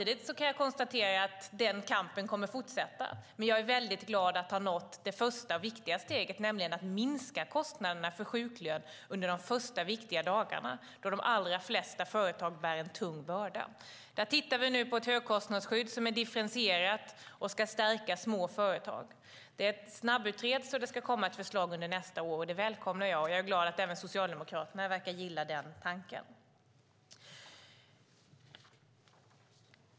Den kampen kommer att fortsätta, men jag är väldigt glad att vi har nått det första viktiga steget, nämligen att minska kostnaderna för sjuklön under de första viktiga dagarna då de allra flesta företagare bär en tung börda. Vi tittar nu på ett högkostnadsskydd som är differentierat och ska stärka små företag. Det snabbutreds, och det ska komma ett förslag under nästa år. Det välkomnar jag, och jag är glad att även Socialdemokraterna verkar gilla den tanken.